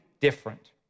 different